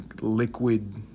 liquid